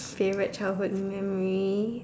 favourite childhood memory